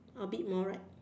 a bit more right